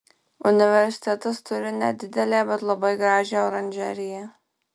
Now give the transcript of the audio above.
universitetas turi nedidelę bet labai gražią oranžeriją